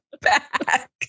back